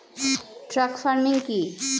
Truck farming কি?